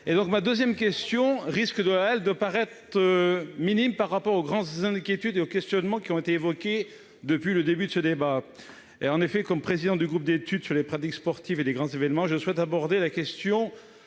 poser. Elle risque de paraître minime par rapport aux grandes inquiétudes et aux questionnements qui ont été évoqués depuis le début de ce débat. En effet, en tant que président du groupe d'études sur les pratiques sportives et les grands événements sportifs, je souhaite aborder la question